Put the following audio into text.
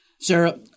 Sarah